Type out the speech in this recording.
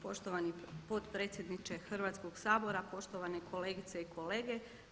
Poštovani potpredsjedniče Hrvatskog sabora, poštovane kolegice i kolege.